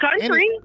country